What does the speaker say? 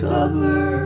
Cover